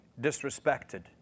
disrespected